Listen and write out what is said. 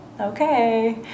okay